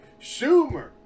Schumer